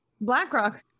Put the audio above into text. BlackRock